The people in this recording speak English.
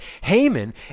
Haman